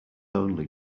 only